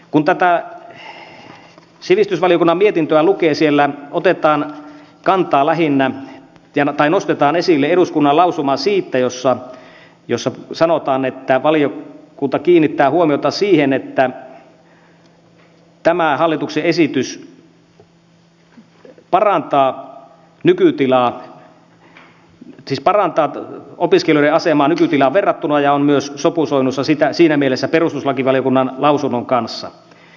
kun tätä sivistysvaliokunnan mietintöä lukee siellä otetaan kantaa lähinnä piano tai nostetaan esille eduskunnan lausuma jossa sanotaan että valiokunta kiinnittää huomiota siihen että tämä hallituksen esitys parantaa opiskelijoiden asemaa nykytilaan verrattuna ja on myös sopusoinnussa siinä mielessä perustuslakivaliokunnan lausunnon kanssa